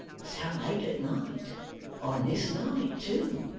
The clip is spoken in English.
so late at night on this night too